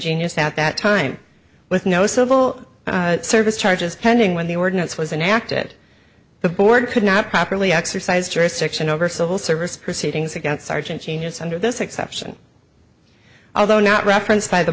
genius at that time with no civil service charges pending when the ordinance was enacted the board could not properly exercised jurisdiction over civil service proceedings against sergeant genius under this exception although not referenced by the